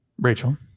Rachel